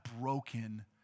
broken